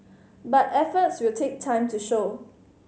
but efforts will take time to show